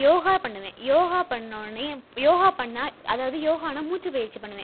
யோகா பண்ணுவேன் யோகா பண்ணவொன்னேயே எம் யோகா பண்ண அதாவது யோகான்னா மூச்சுப் பயிற்சி பண்ணுவேன்